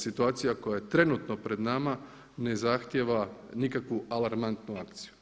Situacija koja je trenutno pred nama ne zahtjeva nikakvu alarmantnu akciju.